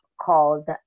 called